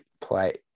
play